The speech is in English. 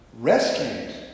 rescued